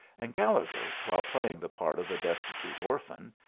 and gallegher, while playing the part of a destitute orphan,